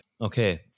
okay